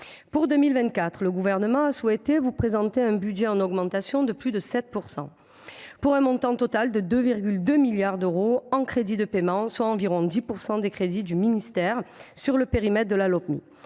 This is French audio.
Pour 2024, le Gouvernement a souhaité vous présenter un budget en augmentation de plus de 7 %, pour un montant total de 2,2 milliards d’euros en crédits de paiement, soit environ 10 % des crédits du ministère selon le périmètre de la Lopmi.